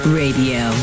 radio